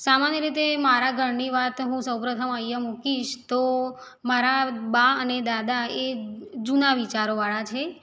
સામાન્ય રીતે મારા ઘરની વાત હું સૌ પ્રથમ અહીંયા મૂકીશ તો મારા બા અને દાદા એ જૂના વિચારોવાળા છે